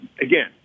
again